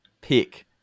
pick